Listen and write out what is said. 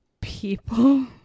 people